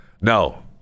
No